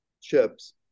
chips